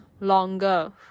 longer